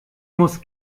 muss